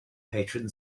patron